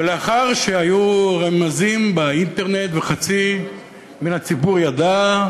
ולאחר שהיו רמזים באינטרנט וחצי מן הציבור ידע,